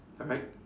alright